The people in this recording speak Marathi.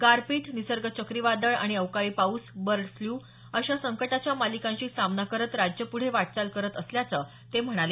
गारपीट निसर्ग चक्रीवादळ आणि अवकाळी पाऊस बर्ड फ्ल्यू अशा संकटाच्या मालिकांशी सामना करत राज्य प्रुढे वाटचाल करत असल्याचं ते म्हणाले